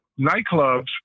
nightclubs